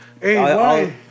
Hey